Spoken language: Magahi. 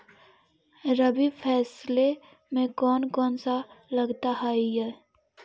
रबी फैसले मे कोन कोन सा लगता हाइय?